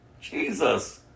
Jesus